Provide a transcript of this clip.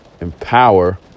Empower